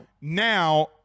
now